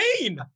insane